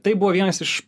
tai buvo vienas iš